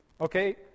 Okay